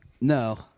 No